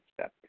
step